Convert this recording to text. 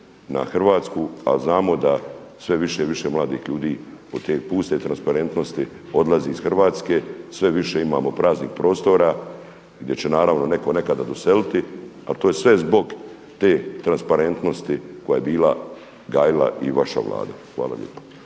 na Hrvatsku, ali znamo da sve više i više mladih ljudi od te puste transparentnosti odlazi iz Hrvatske, sve više imamo praznih prostora gdje će naravno netko nekada doseliti, a to je sve zbog te transparentnosti koja je bila gajila i vaša Vlada. Hvala lijepa.